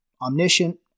Omniscient